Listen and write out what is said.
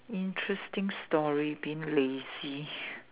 interesting story being lazy